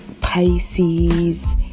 Pisces